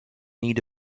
need